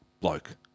bloke